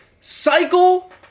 Cycle